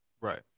Right